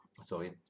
sorry